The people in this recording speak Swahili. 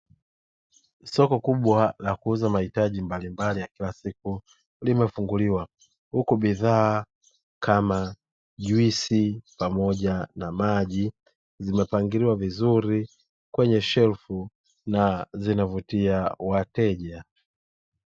Soko kubwa la kuuza mahitaji mbalimbali ya kila siku, limefunguliwa huku bidhaa kama juisi pamoja na maji zimepangiliwa vizuri kwenye shelfu na zinavutia wateja.